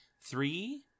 three